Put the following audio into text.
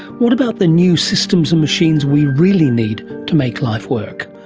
what about the new systems and machines we really need to make life work?